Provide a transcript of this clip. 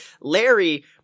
Larry